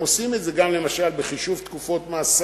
הם עושים את זה למשל גם בחישוב תקופות מאסר.